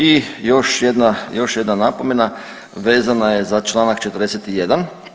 I još jedna napomena vezana je za čl. 41.